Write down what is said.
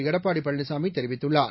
எடப்பாடி பழனிசாமி தெரிவித்துள்ளார்